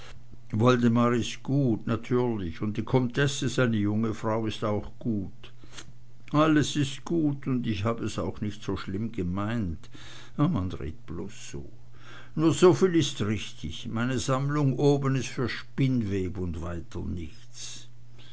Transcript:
woldemar woldemar ist gut natürlich und die comtesse seine junge frau is auch gut alles is gut und ich hab es auch nicht so schlimm gemeint man redt bloß so nur soviel is richtig meine sammlung oben is für spinnweb und weiter nichts